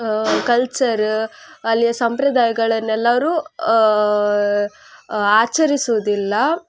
culture ಅಲ್ಲಿಯ ಸಂಪ್ರದಾಯಗಳನ್ನೆಲ್ಲವರು ಆಚರಿಸೋದಿಲ್ಲ